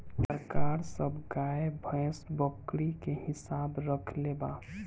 सरकार सब गाय, भैंस, बकरी के हिसाब रक्खले बा